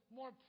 more